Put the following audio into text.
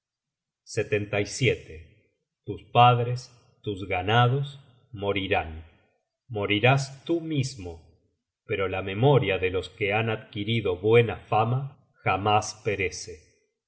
saber tus padres tus ganados morirán morirás tú mismo pero la memoria de los que han adquirido buena fama jamás perece